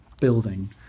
building